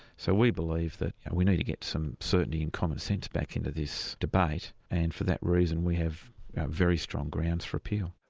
so we believe that we need to get some certainty and commonsense back into this debate, and for that reason we have very strong grounds for appeal.